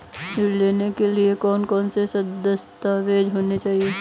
ऋण लेने के लिए कौन कौन से दस्तावेज होने चाहिए?